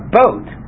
boat